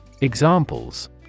Examples